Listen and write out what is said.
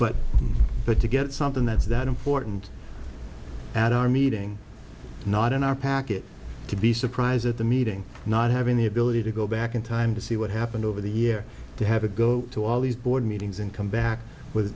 but but to get something that's that important at our meeting not in our package to be surprised at the meeting not having the ability to go back in time to see what happened over the year to have a go to all these board meetings and come back with